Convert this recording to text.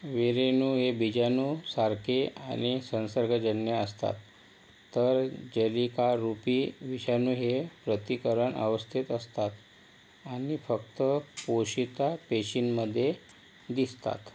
वीरेणु हे बीजाणूसारखे आणि संसर्गजन्य असतात तर जलिकारुपी विषाणू हे प्रतिकरण अवस्थेत असतात आणि फक्त पोषिता पेशींमध्ये दिसतात